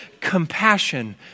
compassion